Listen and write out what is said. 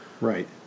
Right